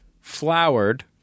flowered